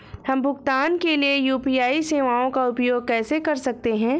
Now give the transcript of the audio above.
हम भुगतान के लिए यू.पी.आई सेवाओं का उपयोग कैसे कर सकते हैं?